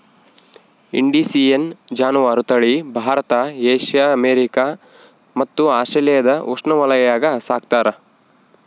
indicine ಜಾನುವಾರು ತಳಿ Bharat Asia America ಮತ್ತು ಆಸ್ಟ್ರೇಲಿಯಾದ ಉಷ್ಣವಲಯಾಗ ಸಾಕ್ತಾರ